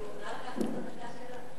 אני מוכנה לקחת את הדקה שלה.